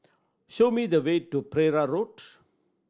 show me the way to Pereira Road